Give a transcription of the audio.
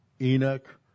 Enoch